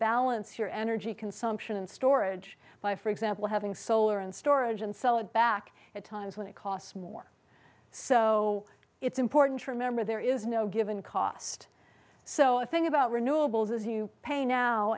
balance your energy consumption and storage by for example having solar and storage and sell it back at times when it costs more so it's important to remember there is no given cost so i think about renewables as you pay now